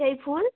সেই ফুল